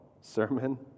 sermon